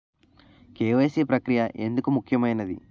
KYC ప్రక్రియ ఎందుకు ముఖ్యమైనది?